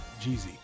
Jeezy